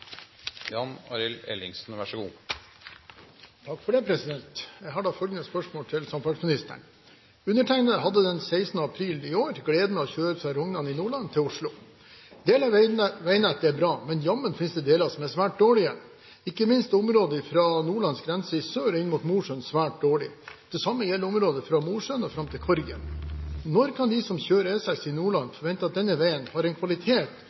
hadde den 16. april 2012 gleden av å kjøre fra Rognan i Nordland til Oslo. Deler av veinettet er bra, men jammen finnes det deler som er svært dårlige. Ikke minst er området fra Nordlands grense i sør og inn mot Mosjøen svært dårlig. Det samme gjelder området fra Mosjøen og fram til Korgen. Når kan de som kjører E6 i Nordland forvente at denne veien har en kvalitet